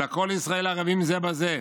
אלא 'כל ישראל ערבים זה בזה',